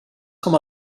com